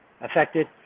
affected